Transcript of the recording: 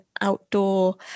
outdoor